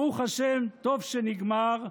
ברוך השם, טוב שנגמר,